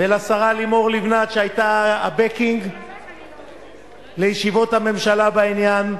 ולשרה לימור לבנת שהיתה ה-backing לישיבות הממשלה בעניין,